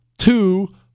Two